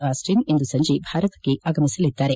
Austin ಇಂದು ಸಂಜೆ ಭಾರತಕ್ಕೆ ಆಗಮಿಸಲಿದ್ದಾರೆ